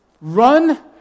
run